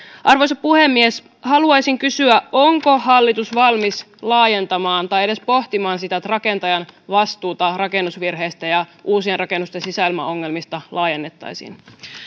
arvoisa puhemies haluaisin kysyä onko hallitus valmis laajentamaan tai edes pohtimaan sitä että rakentajan vastuuta rakennusvirheistä ja uusien rakennusten sisäilmaongelmista laajennettaisiin